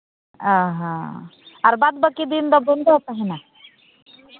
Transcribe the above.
ᱚ ᱦᱚᱸ ᱟᱨ ᱵᱟᱫᱽ ᱵᱟᱹᱠᱤ ᱫᱤᱱ ᱫᱚ ᱵᱚᱱᱫᱚ ᱛᱟᱦᱮᱱᱟ